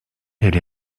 elle